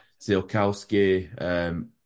Zielkowski